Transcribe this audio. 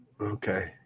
Okay